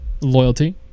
loyalty